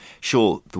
Sure